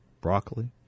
broccoli